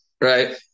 right